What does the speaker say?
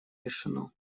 решено